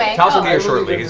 here shortly,